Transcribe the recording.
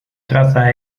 traza